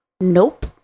Nope